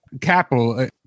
capital